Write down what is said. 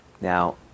Now